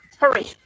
Hurry